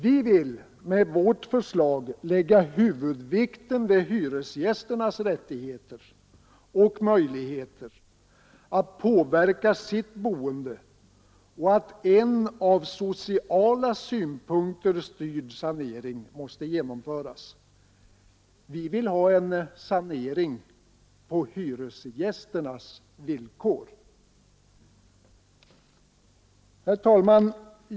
Vi vill med vårt förslag lägga huvudvikten vid hyresgästernas rättigheter och möjligheter att påverka sitt boende och menar att en av sociala synpunkter styrd sanering måste genomföras. Vi vill ha en sanering på hyresgästernas villkor. Herr talman!